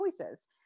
choices